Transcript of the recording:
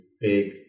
big